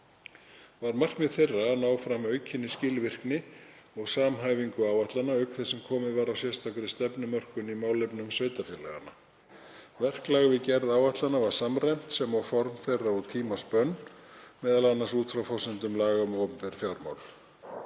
Var markmið þeirra að ná fram aukinni skilvirkni og samhæfingu áætlana, auk þess sem komið var á sérstakri stefnumörkun í málefnum sveitarfélaganna. Verklag við gerð áætlana var samræmt, sem og form þeirra og tímaspönn, m.a. út frá forsendum laga um opinber fjármál.